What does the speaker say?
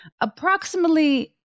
approximately